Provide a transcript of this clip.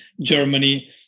germany